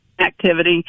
activity